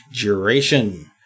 duration